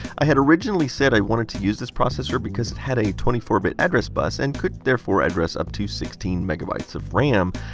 i had originally said i wanted to use this processor because it had a twenty four bit address bus and could therefor address up to sixteen megabytes of ram.